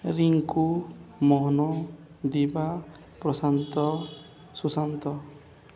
Rinku Mohan Diba Prashant Sushant